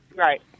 Right